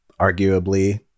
arguably